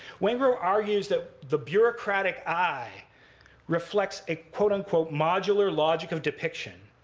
wengrow argues that the bureaucratic eye reflects a, quote-unquote, modular logic of depiction,